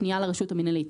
פנייה לרשות המינהלית,